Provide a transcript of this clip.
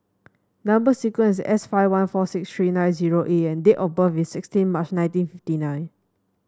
number sequence S five one four six three nine zero A and date of birth is sixteen March nineteen fifty nine